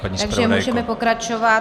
Takže můžeme pokračovat.